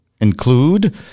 include